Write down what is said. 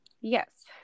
Yes